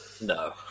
No